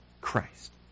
Christ